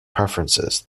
preferences